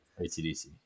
ACDC